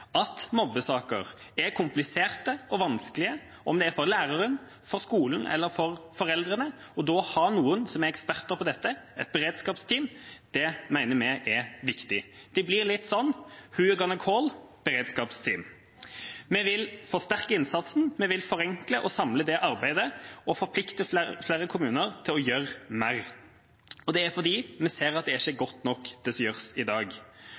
at mobbesaker er kompliserte og vanskelige – enten det er for læreren, skolen eller foreldrene. Å ha noen som er eksperter på dette, et beredskapsteam, mener vi er viktig. Det blir litt sånn «Who ya gonna call? Beredskapsteam!» Vi vil forsterke innsatsen, vi vil forenkle og samle arbeidet, og vi vil forplikte flere kommuner til å gjøre mer, fordi vi ser at det ikke er godt nok det som gjøres i dag.